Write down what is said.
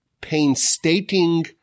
painstaking